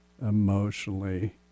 emotionally